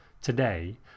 Today